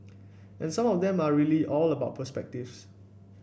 and some of them are really all about perspectives